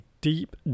deep